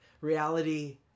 Reality